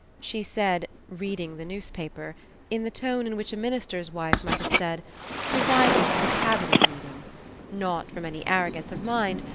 she said reading the newspaper in the tone in which a minister's wife might have said presiding at a cabinet meeting not from any arrogance of mind,